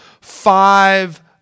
five